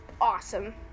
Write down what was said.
awesome